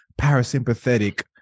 parasympathetic